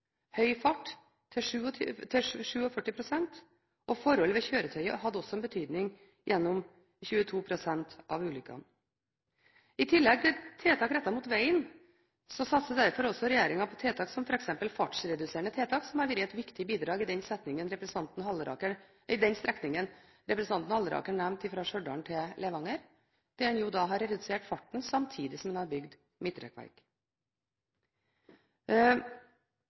I tillegg til tiltak rettet mot vegen satser derfor regjeringen på tiltak som f.eks. fartsreduserende tiltak, som har vært et viktig bidrag på den strekningen representanten Halleraker nevnte, fra Stjørdal til Levanger, der en har redusert farten samtidig som en har bygd midtrekkverk.